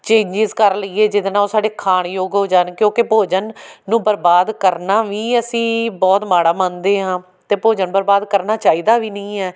changes ਕਰ ਲਈਏ ਜਿਹਦੇ ਨਾਲ ਉਹ ਸਾਡੇ ਖਾਣਯੋਗ ਹੋ ਜਾਣ ਕਿਉਂਕਿ ਭੋਜਨ ਨੂੰ ਬਰਬਾਦ ਕਰਨਾ ਵੀ ਅਸੀਂ ਬਹੁਤ ਮਾੜਾ ਮੰਨਦੇ ਹਾਂ ਅਤੇ ਭੋਜਨ ਬਰਬਾਦ ਕਰਨਾ ਚਾਹੀਦਾ ਵੀ ਨਹੀਂ ਹੈ